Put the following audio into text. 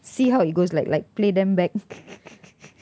see how it goes like like play them back